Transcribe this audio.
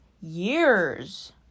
years